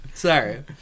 Sorry